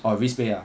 orh risk pay ah